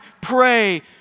pray